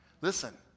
Listen